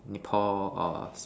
Nepal or